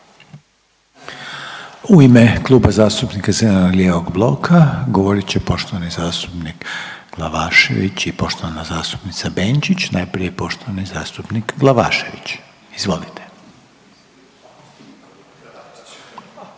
U ime Kluba zastupnika zeleno-lijevog bloka govorit će poštovani zastupnik Glavašević i poštovana zastupnica Benčić, najprije poštovani zastupnik Glavašević. Izvolite.